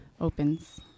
opens